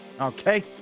Okay